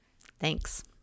Thanks